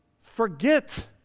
forget